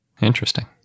Interesting